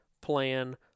plan